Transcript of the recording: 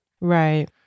right